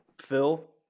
Phil